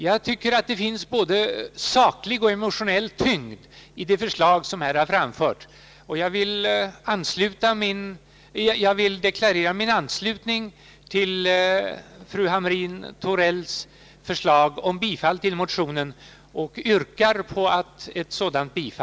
Jag anser att det finns både saklig och emotionell tyngd i det förslag som har framförts, och jag vill deklarera min anslutning till fru Hamrin-Thorells yrkande om bifall till motionerna.